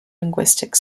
linguistic